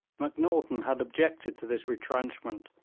macnaghten had objected to this retrenchment,